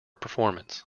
performance